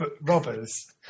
robbers